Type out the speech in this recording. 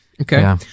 Okay